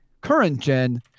current-gen